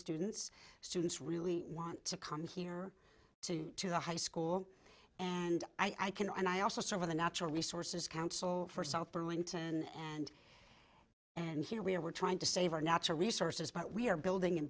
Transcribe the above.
students students really want to come here to to the high school and i can and i also serve with a natural resources council for south burlington and and here we are we're trying to save our natural resources but we're building